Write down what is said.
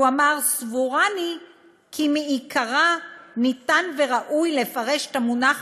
הוא אמר: "סבורני כי מעיקרא ניתן וראוי לפרש את המונח